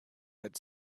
had